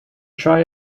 try